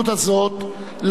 לכבוד ההדדי,